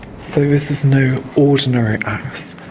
so this is no ordinary axe.